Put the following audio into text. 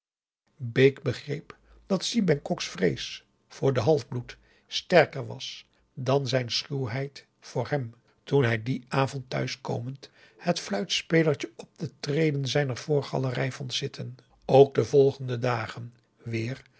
bake begreep dat si bengkoks vrees voor den halfbloed sterker was dan zijn schuwheid voor hèm toen hij augusta de wit orpheus in de dessa dien avond thuiskomend het fluitspelertje op de treden zijner voorgalerij vond zitten ook de volgende dagen weer